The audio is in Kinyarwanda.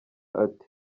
ati